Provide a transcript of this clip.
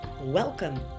Welcome